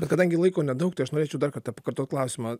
bet kadangi laiko nedaug tai aš norėčiau dar kartą apkartot klausimą